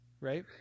Right